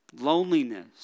loneliness